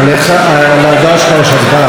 על ההודעה שלך יש הצבעה.